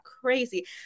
crazy